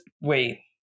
Wait